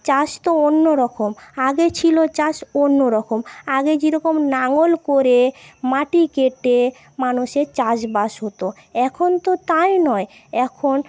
চাষ তো অন্যরকম আগে ছিল চাষ অন্যরকম আগে কিরকম লাঙল করে মাটি কেটে মানুষের চাষবাষ হতো এখনতো তাই নয় এখন